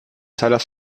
salas